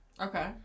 Okay